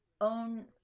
own